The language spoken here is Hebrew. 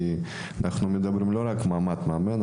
כי אנחנו לא מדברים רק על רמת המאמן,